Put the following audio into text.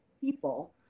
people